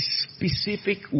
specific